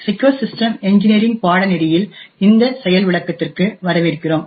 secure system engineering பாடநெறியில் இந்த செயல் விளக்கத்திற்கு வரவேற்கிறோம்